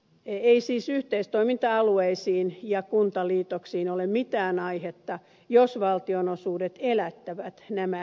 ei siis yhteistoiminta alueisiin ja kuntaliitoksiin ole mitään aihetta jos valtionosuudet elättävät nämä pikkukunnat